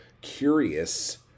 curious